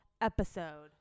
episode